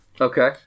Okay